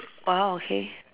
ah okay